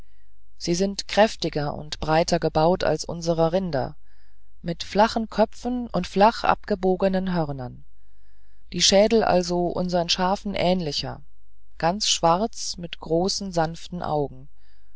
sie sind kräftiger und breiter gebaut als unsere rinder mit flachen köpfen und flach abgebogenen hörnern die schädel also unseren schafen ähnlicher ganz schwarz mit großen sanften augen